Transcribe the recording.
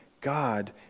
God